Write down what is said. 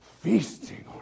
feasting